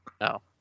No